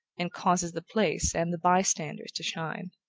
and causes the place and the bystanders to shine.